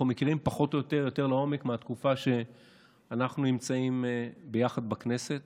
אנחנו מכירים יותר לעומק פחות או יותר מהתקופה שאנחנו נמצאים יחד בכנסת